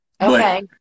Okay